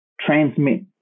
transmit